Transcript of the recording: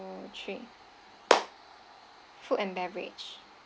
three food and beverage